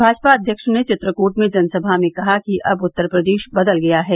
भाजपा अध्यक्ष ने चित्रकूट में जनसभा में कहा कि अब उत्तर प्रदेश बदल गया है